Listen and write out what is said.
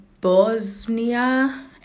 Bosnia